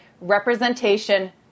representation